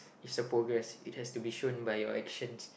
it's a progress it has to be shown by your actions